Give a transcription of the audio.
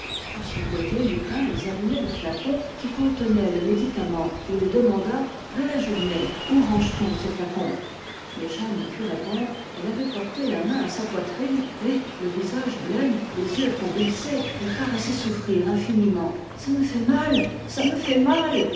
de son côté lupin examinait le flacon qui contenait le médicament et il demanda dans la journée où range t on ce flacon mais jeanne ne put répondre elle avait porté la main à sa poitrine et le visage blême les yeux convulsés elle paraissait souffrir infiniment ça me fait mal ça me fait mal